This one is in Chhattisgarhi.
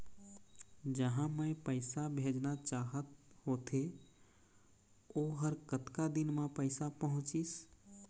जहां मैं पैसा भेजना चाहत होथे ओहर कतका दिन मा पैसा पहुंचिस?